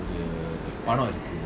ஒருபடம்இருக்குல்ல:oru padam irukula